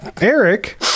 Eric